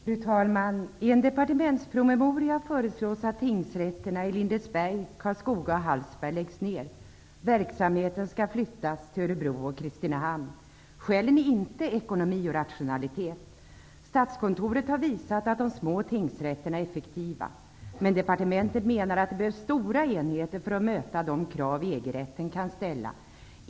Fru talman! I en departementspromemoria föreslås att tingsrätterna i Lindesberg, Karlskoga och Skälen är inte ekonomi och rationalitet. Statskontoret har visat att de små tingsrätterna är effektiva. Men departementet menar att det behövs stora enheter för att möta de krav EG-rätten kan ställa.